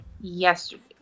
yesterday